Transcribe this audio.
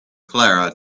clara